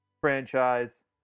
franchise